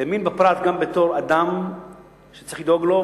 הוא האמין בפרט גם בתור אדם שצריך לדאוג לו,